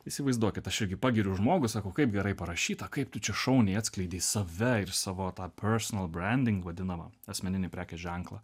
įsivaizduokit aš irgi pagiriu žmogų sakau kaip gerai parašyta kaip tu čia šauniai atskleidė save ir savo tą personal branding vadinamą asmeninį prekės ženklą